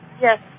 Yes